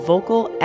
vocal